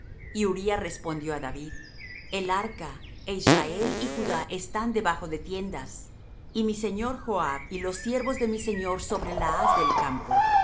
uría respondió á david el arca é israel y judá están debajo de tiendas y mi señor joab y los siervos de mi señor sobre la haz del campo y